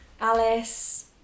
Alice